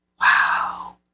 Wow